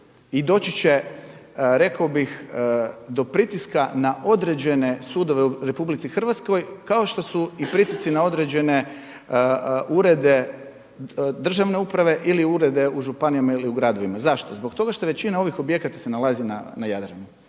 I doći će rekao bih do pritiska na određene sudove u RH kao što su i pritisci na određene urede državne uprave ili urede u županijama ili u gradovima. Zašto? Zbog toga što većina ovih objekata se nalazi na Jadranu.